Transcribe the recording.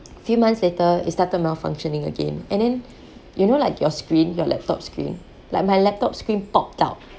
few months later it started malfunctioning again and then you know like your screen your laptop screen like my laptop screen popped out